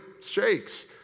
shakes